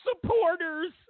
supporters